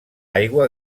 aigua